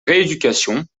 rééducation